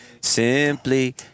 Simply